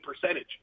percentage